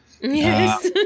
Yes